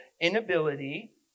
inability